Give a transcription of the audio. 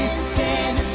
stand?